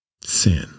sin